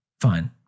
Fine